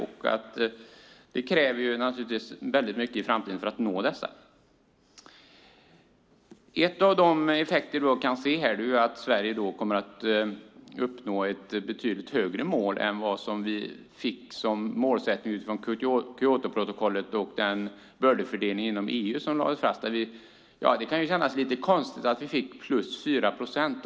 Naturligtvis krävs det väldigt mycket i framtiden när det gäller att uppnå dessa mål. En av effekterna som här kan ses är att Sverige kommer att uppnå ett betydligt högre mål än målet utifrån Kyotoprotokollet och den bördefördelning inom EU som lades fast. Det kan kännas lite konstigt att vi fick +4 procent.